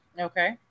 Okay